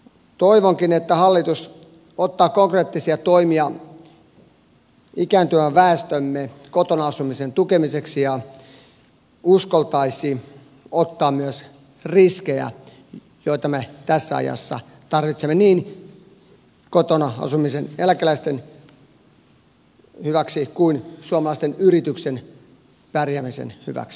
toivonkin että hallitus ottaa konkreettisia toimia ikääntyvän väestömme kotona asumisen tukemiseksi ja uskaltaisi ottaa myös riskejä joita me tässä ajassa tarvitsemme niin kotona asumisen eläkeläisten hyväksi kuin suomalaisten yritysten pärjäämisen hyväksi